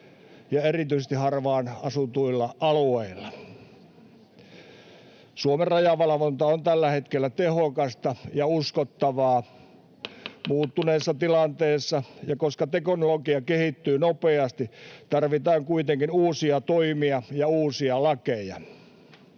erityisesti harvaan asutuilla alueilla. Suomen rajavalvonta on tällä hetkellä tehokasta ja uskottavaa. Koska tilanne on muuttunut ja teknologia kehittyy nopeasti, tarvitaan kuitenkin uusia toimia ja uusia lakeja.